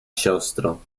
siostro